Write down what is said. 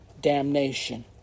damnation